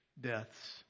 deaths